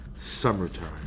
summertime